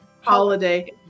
holiday